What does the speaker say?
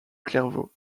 clairvaux